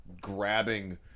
Grabbing